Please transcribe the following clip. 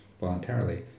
voluntarily